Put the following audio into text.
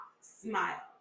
smile